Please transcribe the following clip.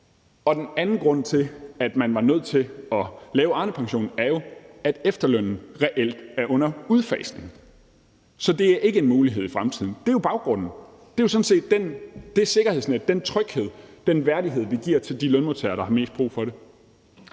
Den anden grund til, at man var nødt til at lave Arnepensionen, er jo, at efterlønnen reelt er under udfasning. Så det er ikke en mulighed i fremtiden. Det er jo baggrunden. Det er jo sådan set det sikkerhedsnet, den tryghed, den værdighed, vi giver til de lønmodtagere, der har mest brug for det.